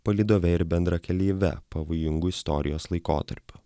palydove ir bendrakeleive pavojingu istorijos laikotarpiu